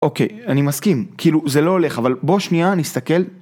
אוקיי, אני מסכים, כאילו זה לא הולך, אבל בוא שנייה, נסתכל.